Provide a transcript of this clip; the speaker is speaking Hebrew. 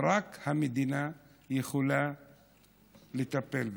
רק המדינה יכולה לטפל בזה.